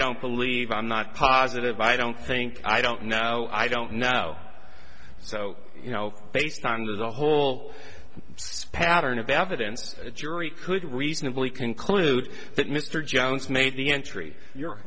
don't believe i'm not positive i don't think i don't know i don't know so you know based on the whole pattern of evidence a jury could reasonably conclude that mr jones made the entry your